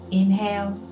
inhale